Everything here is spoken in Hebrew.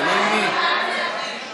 תלוי מי.